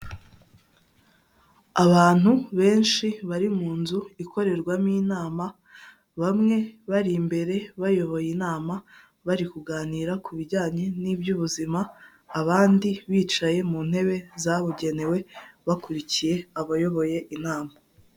Abantu benshi bari mu nzu ikorerwamo inama bamwe bari imbere bayoboye inama bari kuganira ku bijyanye n'ibyubuzima abandi bicaye mu ntebe zabugenewe bakurikiye abayoboye inama.